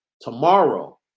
tomorrow